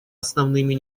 основными